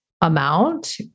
amount